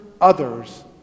others